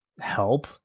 help